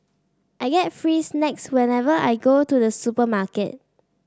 I get free snacks whenever I go to the supermarket